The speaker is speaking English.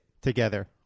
together